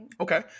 Okay